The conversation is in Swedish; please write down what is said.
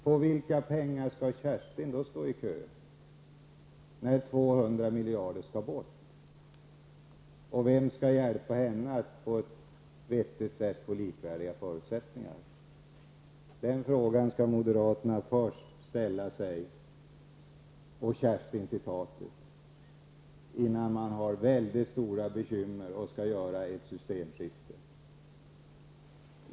Om 200 miljarder kronor försvinner ur sjukvården, hur skall man då ha råd att låta Kerstin genomgå en operation? Vem skall hjälpa henne att få vård på samma sätt som välbeställda kan få det? Jag tycker att moderaterna skall ställa sig dessa frågor när de har så stora bekymmer med det nuvarande sjukvårdssystemet och vill få till stånd ett systemskifte.